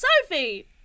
sophie